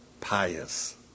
pious